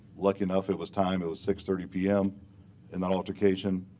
lucky enough, it was time it was six thirty pm in that altercation.